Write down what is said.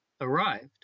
arrived